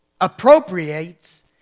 appropriates